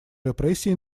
репрессий